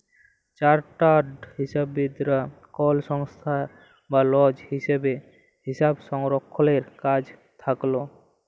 chartered হিসাববিদ রা কল সংস্থায় বা লিজ ভাবে হিসাবরক্ষলের কাজে থাক্যেল